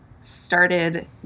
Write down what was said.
started